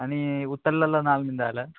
आनी उतरलेलो नाल्ल जाय आल्यार